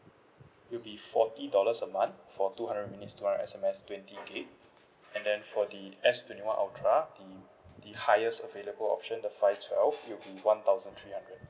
it'll be forty dollars a month for two hundred minutes two hundred S_M_S twenty gig and then for the S twenty one ultra the the highest available option the five twelve it'll be one thousand three hundred